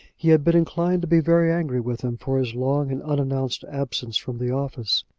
he had been inclined to be very angry with him for his long and unannounced absence from the office.